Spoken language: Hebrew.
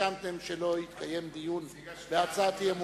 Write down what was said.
הסכמתם שלא יתקיים דיון בהצעת אי-אמון: